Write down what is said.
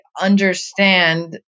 understand